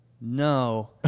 no